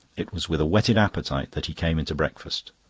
it was with a whetted appetite that he came in to breakfast.